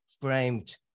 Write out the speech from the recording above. framed